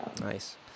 Nice